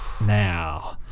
now